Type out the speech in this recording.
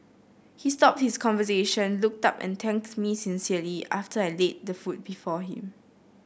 he stopped his conversation looked up and thanked me sincerely after I laid the food before him